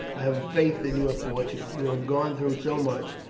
i have a faith in your fortune. you have gone through so much,